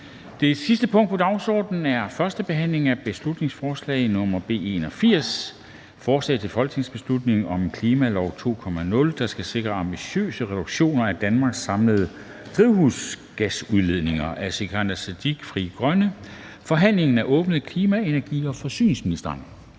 Det sidste punkt på dagsordenen er: 18) 1. behandling af beslutningsforslag nr. B 81: Forslag til folketingsbeslutning om en klimalov 2.0, der sikrer ambitiøse reduktioner af Danmarks samlede drivhusgasudledning. Af Sikandar Siddique (FG) m.fl. (Fremsættelse 02.02.2022). Kl. 18:56 Forhandling